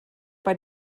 bei